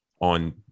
on